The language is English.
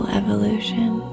evolution